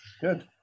Good